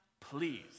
please